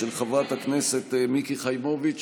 של חברת הכנסת מיקי חיימוביץ',